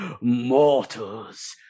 Mortals